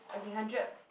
okay hundred